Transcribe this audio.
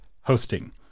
hosting